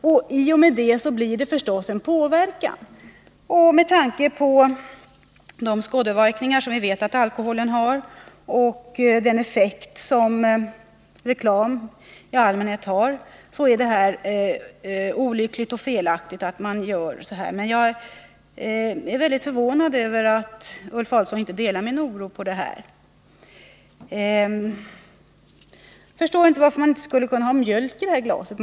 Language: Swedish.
I och med det blir det förvisso en påverkan. Med tanke på de skadeverkningar som vi vet att alkoholen har och den effekt som reklam i allmänhet har är det olyckligt och felaktigt att utforma en affisch på det här sättet. Jag är väldigt förvånad över att Ulf Adelsohn inte delar min oro. Jag förstår inte varför man inte skulle kunna ha mjölk i glaset.